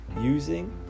using